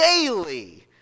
Daily